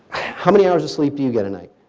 how many hours of sleep do you get a night?